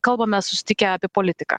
kalbamės susitikę apie politiką